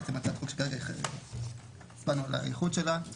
בעצם הצעת החוק שכרגע הצבענו על האיחוד שלה,